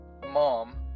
mom